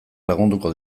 lagunduko